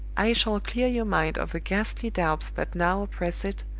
i shall clear your mind of the ghastly doubts that now oppress it,